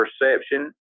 perception